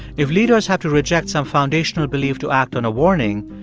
if leaders have to reject some foundational belief to act on a warning,